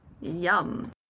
Yum